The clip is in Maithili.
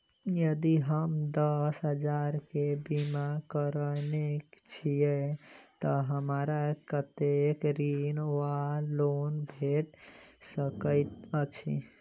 यदि हम दस हजार केँ बीमा करौने छीयै तऽ हमरा कत्तेक ऋण वा लोन भेट सकैत अछि?